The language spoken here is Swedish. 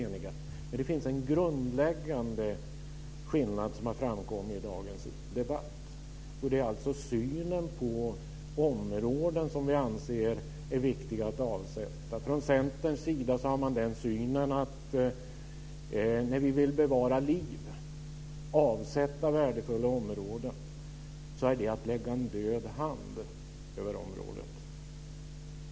Men det finns en grundläggande skillnad som har framkommit i dagens debatt, och den gäller synen på områden som vi anser är viktiga att avsätta. Centern har synen att när vi vill bevara liv och avsätta värdefulla områden så innebär det att vi lägger en död hand över området.